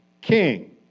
king